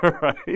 right